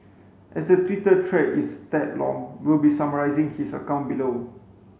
as the Twitter thread is tad long we'll be summarising his account below